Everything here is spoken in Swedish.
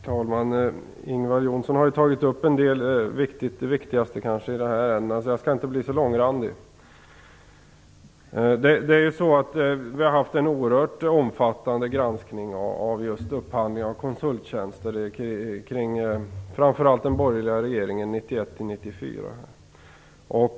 Herr talman! Ingvar Johnsson har tagit upp det kanske viktigaste i de här ärendena, så jag skall inte bli så långrandig. Vi har haft en oerhört omfattande granskning av upphandling av konsulttjänster, framför allt kring den borgerliga regeringen 1991-1994.